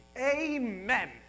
Amen